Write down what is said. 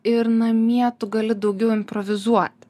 ir namie tu gali daugiau improvizuoti